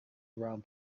round